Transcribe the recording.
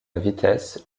vitesse